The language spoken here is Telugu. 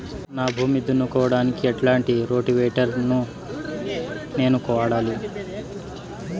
నా భూమి దున్నుకోవడానికి ఎట్లాంటి రోటివేటర్ ని నేను వాడాలి?